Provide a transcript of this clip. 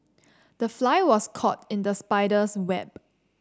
the fly was caught in the spider's web